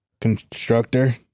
Constructor